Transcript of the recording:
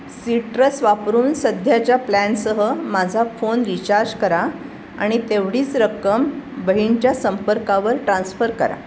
citrus वापरून सध्याच्या प्लॅनसह माझा फोन रिचार्ज करा आणि तेवढीच रक्कम बहिणीच्या संपर्कावर ट्रान्स्फर करा